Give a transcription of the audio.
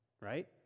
right